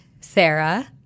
Sarah